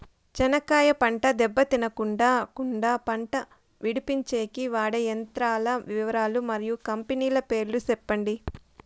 చెనక్కాయ పంట దెబ్బ తినకుండా కుండా పంట విడిపించేకి వాడే యంత్రాల వివరాలు మరియు కంపెనీల పేర్లు చెప్పండి?